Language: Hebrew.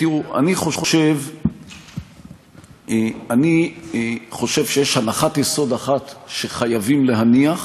תראו, אני חושב שיש הנחת יסוד אחת שחייבים להניח